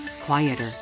quieter